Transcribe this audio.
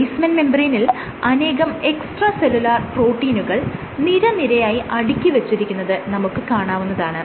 basement മെംബ്രേയ്നിൽ അനേകം extra cellular പ്രോട്ടീനുകൾ നിരനിരയായി അടുക്കിവെച്ചിരിക്കുന്നത് നമുക്ക് കാണാവുന്നതാണ്